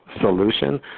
solution